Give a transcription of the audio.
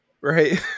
right